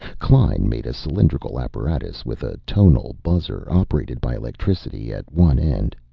klein made a cylindrical apparatus with a tonal buzzer, operated by electricity, at one end.